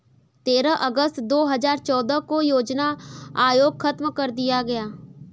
तेरह अगस्त दो हजार चौदह को योजना आयोग खत्म कर दिया गया